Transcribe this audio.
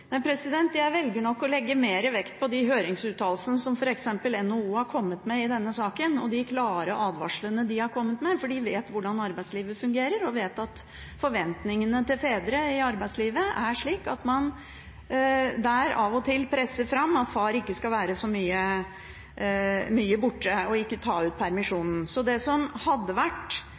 Jeg velger nok å legge mer vekt på de høringsuttalelsene som har kommet i denne saken, f.eks. fra NHO. De har kommet med klare advarsler, for de vet hvordan arbeidslivet fungerer, og de vet at forventningene til fedre i arbeidslivet er slik at man av og til presser fram at far ikke skal være så mye borte og ikke ta ut permisjonen. Det som det hadde vært